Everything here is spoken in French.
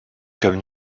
comme